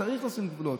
וצריך לשים גבולות.